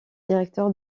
directeur